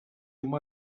uma